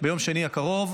ביום שני הקרוב.